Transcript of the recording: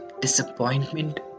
disappointment